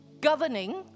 governing